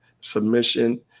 submission